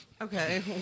Okay